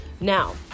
Now